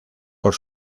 por